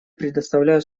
предоставляю